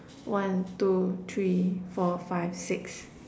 one two three four five six